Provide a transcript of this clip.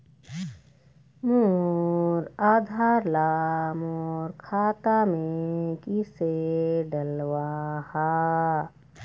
मोर आधार ला मोर खाता मे किसे डलवाहा?